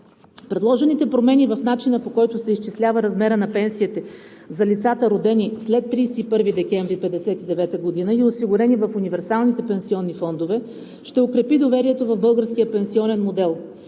Предложените промени в начина, по който се изчислява размерът на пенсиите за лицата, родени след 31 декември 1959 г. и осигурени в универсалните пенсионни фондове, ще укрепи доверието в българския пенсионен модел.